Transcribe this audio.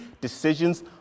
decisions